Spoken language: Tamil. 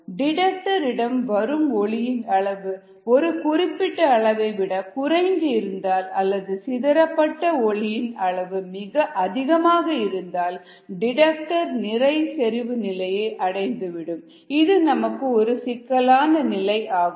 டிடெக்டர் இடம் வரும் ஒளியின் அளவு ஒரு குறிப்பிட்ட அளவை விட குறைந்து இருந்தால் அல்லது சிதரபட்ட ஒலியின் அளவு மிக அதிகமாக இருந்தால் டிடெக்டர் நிறை செறிவுநிலையை அடைந்துவிடும் இது நமக்கு ஒரு சிக்கலான நிலையாகும்